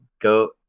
go